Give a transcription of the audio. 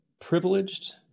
privileged